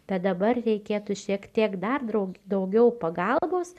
bet dabar reikėtų šiek tiek dar draug daugiau pagalbos